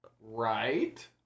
Right